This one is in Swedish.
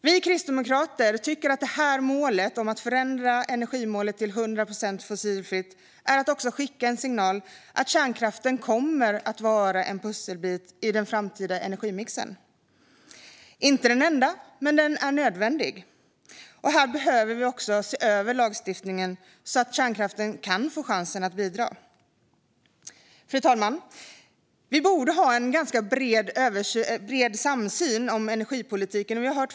Vi kristdemokrater tycker att det här målet om att förändra energimålet till 100 procent fossilfritt är att också skicka en signal om att kärnkraften kommer att vara en pusselbit i den framtida energimixen. Den kommer inte att vara den enda pusselbiten, men den är nödvändig. Här behöver lagstiftningen ses över så att kärnkraften får chansen att bidra. Fru talman! Vi borde ha en ganska bred samsyn om energipolitiken.